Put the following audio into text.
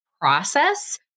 process